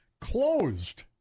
closed